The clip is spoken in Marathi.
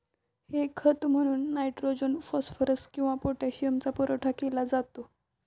हे खत म्हणून नायट्रोजन, फॉस्फरस किंवा पोटॅशियमचा पुरवठा केला जातो